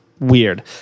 Weird